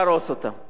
להרוס אותם.